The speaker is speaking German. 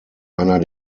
einer